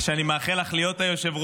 שאני מאחל לך להיות היושב-ראש.